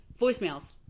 voicemails